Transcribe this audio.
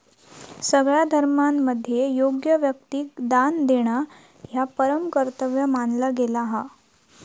सगळ्या धर्मांमध्ये योग्य व्यक्तिक दान देणा ह्या परम कर्तव्य मानला गेला हा